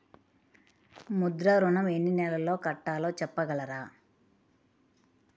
ముద్ర ఋణం ఎన్ని నెలల్లో కట్టలో చెప్పగలరా?